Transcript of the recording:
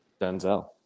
Denzel